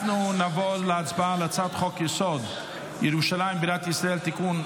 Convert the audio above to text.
אנחנו נעבור להצבעה על הצעת חוק-יסוד: ירושלים בירת ישראל (תיקון,